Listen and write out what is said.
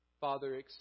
Father